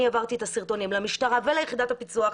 אני העברתי את הסרטונים למשטרה וליחידת הפיצו"ח,